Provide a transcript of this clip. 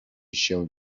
się